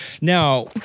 Now